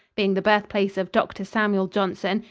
being the birthplace of dr. samuel johnson,